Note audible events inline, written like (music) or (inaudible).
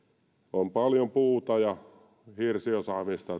on paljon puuta ja hirsiosaamista (unintelligible)